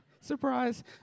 Surprise